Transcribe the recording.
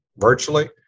virtually